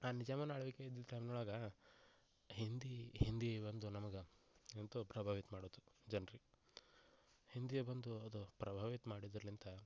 ಆ ನಿಜಾಮನ ಆಳ್ವಿಕೆ ಇದ್ದಿದ್ದು ಟೈಮ್ನೊಳಗೆ ಹಿಂದಿ ಹಿಂದಿ ಒಂದು ನಮ್ಗೆ ಎಂಥ ಪ್ರಭಾವಿ ಇದು ಮಾಡೋದು ಜನ್ರಿಗೆ ಹಿಂದಿ ಬಂದು ಅದು ಪ್ರಭಾವಿತ ಮಾಡಿದ್ರಿಲಿಂದ